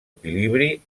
equilibri